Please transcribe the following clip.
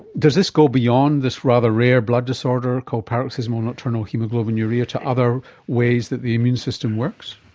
does this go beyond this rather rare blood disorder called paroxysmal nocturnal hemoglobinuria to other ways that the immune system works?